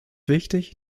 wichtig